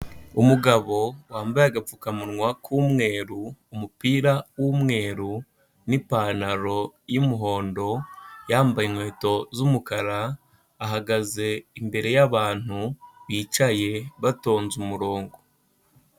Umugabo wambaye agapfukamunwa k'umweru, umupira w'umweru n'ipantaro y'umuhondo, yambaye inkweto z'umukara, ahagaze imbere y'abantu bicaye batonze umurongo.